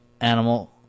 animal